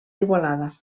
igualada